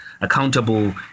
accountable